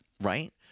right